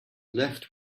left